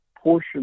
portion